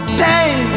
pain